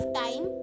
time